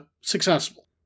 successful